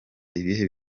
ibihe